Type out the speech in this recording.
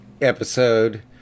episode